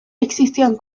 existían